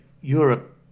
Europe